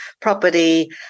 property